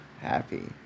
happy